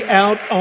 out